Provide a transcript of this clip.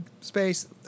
space